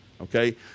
Okay